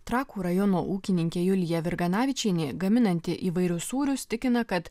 trakų rajono ūkininkė julija virganavičienė gaminanti įvairius sūrius tikina kad